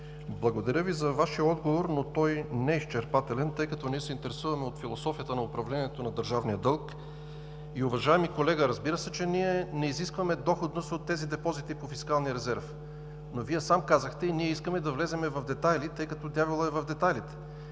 благодаря за Вашият отговор, но той не е изчерпателен, тъй като ние се интересуваме от философията на управлението на държавния дълг. Уважаеми колега, разбира се, че ние не изискваме доходност от тези депозити по фискалния резерв, но Вие сам казахте и ние искаме да влезем в детайли, тъй като дяволът е в детайлите.